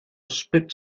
spit